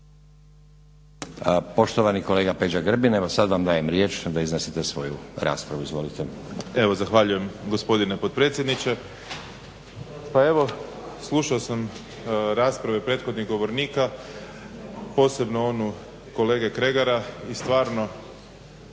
Poštovani kolega Peđa Grbin, evo sad vam dajem riječ da iznesete svoju raspravu. Izvolite. **Grbin, Peđa (SDP)** Zahvaljujem gospodine potpredsjedniče. Pa evo slušao sam rasprave prethodnih govornika, posebno onu kolege Kregara i stvarno